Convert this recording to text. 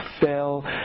fell